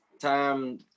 time